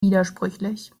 widersprüchlich